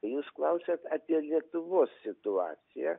jūs klausiat apie lietuvos situaciją